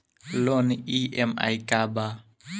Loan EMI का बा?